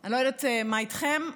אני לא יודעת מה איתכם,